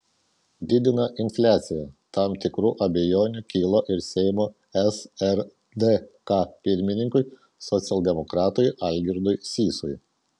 didina infliaciją tam tikrų abejonių kilo ir seimo srdk pirmininkui socialdemokratui algirdui sysui